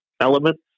elements